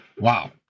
Wow